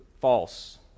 false